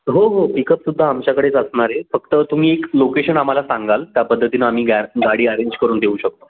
हो हो पिकअप सुद्धा आमच्याकडेच असणार आहे फक्त तुम्ही एक लोकेशन आम्हाला सांगाल त्या पद्धतीनं आम्ही गॅ गाडी अरेंज करून देऊ शकतो